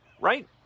right